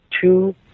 two